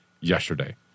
yesterday